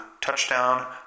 touchdown